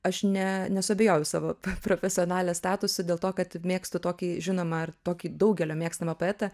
aš ne nesuabejojau savo profesionalės statusu dėl to kad mėgstu tokį žinomą ar tokį daugelio mėgstamą poetą